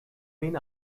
been